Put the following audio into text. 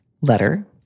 letter